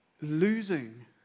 losing